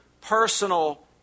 personal